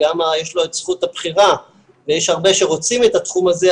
יש לו את זכות הבחירה ויש הרבה שרוצים את התחום הזה,